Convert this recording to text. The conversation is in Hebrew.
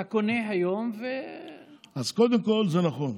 אתה קונה היום, אז, קודם כול, זה נכון.